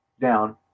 down